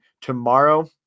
tomorrow